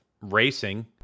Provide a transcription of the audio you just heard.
Racing